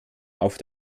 auf